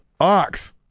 Ox